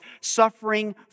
suffering